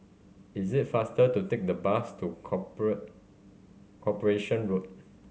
is it faster to take the bus to Corporation Road